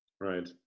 Right